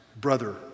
brother